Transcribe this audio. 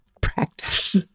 practice